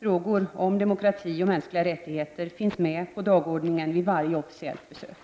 Frågor om demokrati och mänskliga rättigheter finns med på dagordningen vid varje officiellt besök.